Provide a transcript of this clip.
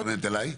את מתכוונת אליי?